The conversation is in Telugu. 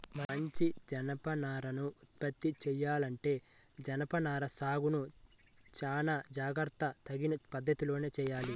మంచి జనపనారను ఉత్పత్తి చెయ్యాలంటే జనపనార సాగును చానా జాగర్తగా తగిన పద్ధతిలోనే చెయ్యాలి